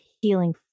healing